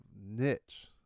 niche